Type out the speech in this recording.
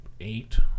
eight